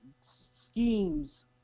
schemes